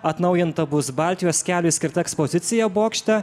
atnaujinta bus baltijos keliui skirta ekspozicija bokšte